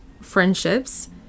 friendships